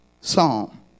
Psalm